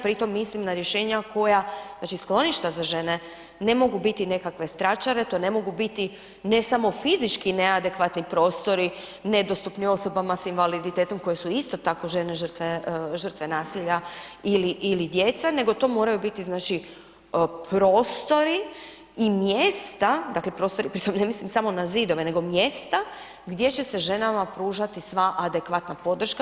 Pri tome mislim na rješenja koja, znači skloništa za žene ne mogu biti nekakve stračare, to ne mogu biti ne samo fizički neadekvatni prostori nedostupni osobama sa invaliditetom koje su isto tako žene žrtve nasilja ili djeca nego to moraju biti znači prostori i mjesta, dakle prostori, pri tome ne mislim samo na zidove nego mjesta gdje će se ženama pružati sva adekvatna podrška.